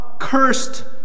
cursed